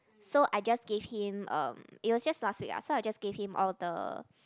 so I just give him um it was just last week lah so I just give him all the